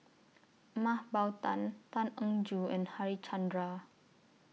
Mah Bow Tan Tan Eng Joo and Harichandra